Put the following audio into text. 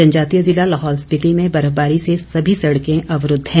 जनजातीय ज़िला लाहौल स्पिति में बर्फबारी से सभी सड़के अवरूद्व हैं